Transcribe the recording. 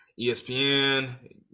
ESPN